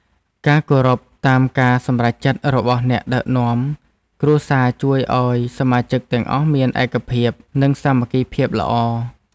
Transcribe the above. ការគោរពតាមការសម្រេចចិត្តរបស់អ្នកដឹកនាំគ្រួសារជួយឱ្យសមាជិកទាំងអស់មានឯកភាព និងសាមគ្គីភាពល្អ។